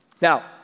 Now